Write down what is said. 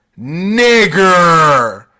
Nigger